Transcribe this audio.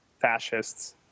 fascists